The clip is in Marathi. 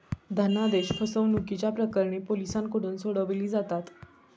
धनादेश फसवणुकीची प्रकरणे पोलिसांकडून सोडवली जातात